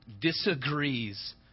disagrees